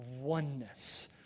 oneness